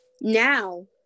Now